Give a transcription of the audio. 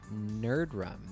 Nerdrum